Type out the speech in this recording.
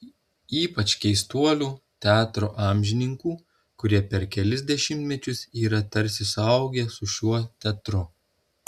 ypač keistuolių teatro amžininkų kurie per kelis dešimtmečius yra tarsi suaugę su šiuo teatru